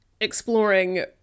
exploring